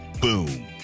boom